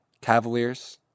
Cavaliers